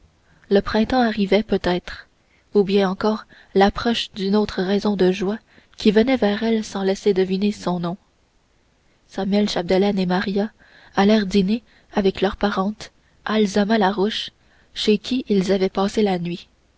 le printemps arrivait peut-être ou bien encore l'approche d'une autre raison de joie qui venait vers elle sans laisser deviner son nom samuel chapdelaine et maria allèrent dîner avec leur parente azalma larouche chez qui ils avaient passé la nuit